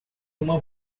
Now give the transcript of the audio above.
uma